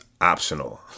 optional